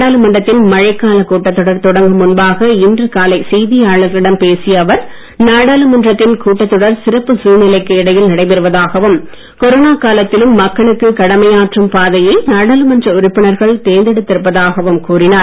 நாடாளுமன்றத்தின் மழைக் காலக் கூட்டத்தொடர் தொடங்கும் முன்பாக காலை இன்று செய்தியாளர்களிடம் பேசிய அவர் நாடாளுமன்றத்தின் கூட்டத்தொடர் சிறப்பு சூழ்நிலைக்கு இடையில் நடைபெறுவதாகவும் கொரோனா காலத்திலும் மக்களுக்கு கடமையாற்றும் பாதையை நாடாளுமன்ற உறுப்பினர்கள் தேர்ந்தெடுத்து இருப்பதாகவும் கூறினார்